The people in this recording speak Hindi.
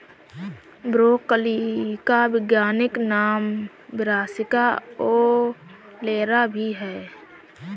ब्रोकली का वैज्ञानिक नाम ब्रासिका ओलेरा भी है